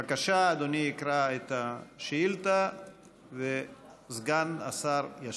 בבקשה, אדוני יקרא את השאילתה וסגן השר ישיב.